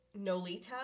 Nolita